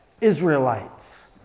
Israelites